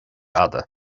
fhada